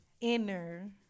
inner